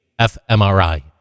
fMRI